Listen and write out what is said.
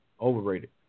overrated